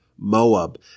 Moab